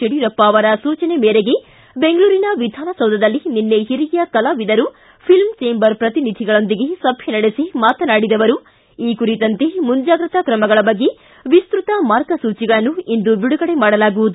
ಯಡಿಯೂರಪ್ಪ ಅವರ ಸೂಚನೆ ಮೇರೆಗೆ ಬೆಂಗಳೂರಿನ ವಿಧಾನಸೌಧದಲ್ಲಿ ನಿನ್ನೆ ಹಿರಿಯ ಕಲಾವಿದರು ಫಿಲಂ ಚೇಂಬರ್ ಪ್ರತಿನಿಧಿಗಳೊಂದಿಗೆ ಸಭೆ ನಡೆಸಿ ಮಾತನಾಡಿದ ಅವರು ಈ ಕುರಿತಂತೆ ಮುಂಜಾಗ್ರತಾ ಕ್ರಮಗಳ ಬಗ್ಗೆ ವಿಸ್ತೃತ ಮಾರ್ಗಸೂಚಿಗಳನ್ನು ಇಂದು ಬಿಡುಗಡೆ ಮಾಡಲಾಗುವುದು